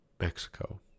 Mexico